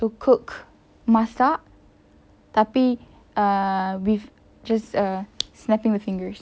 to cook masak tapi err with just a snapping with fingers